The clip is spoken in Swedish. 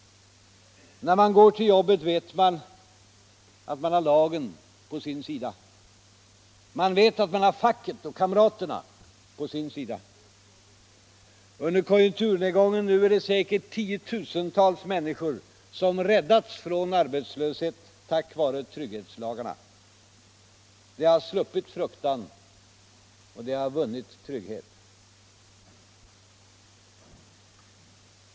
När man går till jobbet vet man att man har lagen på sin sida. Man vet att man har facket och kamraterna på sin sida. Under konjunkturnedgången nu är det säkert 10 000-tals människor som räddats från arbetslöshet tack vare trygghetslagarna. De har sluppit fruktan, de har vunnit trygghet.